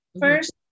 first